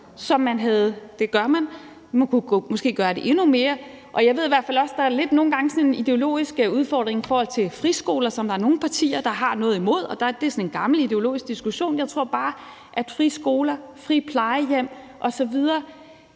som man havde? Det gør man, men man kunne måske gøre det endnu mere. Jeg ved i hvert fald også, at der lidt nogle gange er sådan en ideologisk udfordring i forhold til friskoler, som nogle partier har noget imod. Det er sådan en gammel ideologisk diskussion. Jeg tror bare, at man i forhold til friskoler, friplejehjem osv.